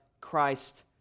Christ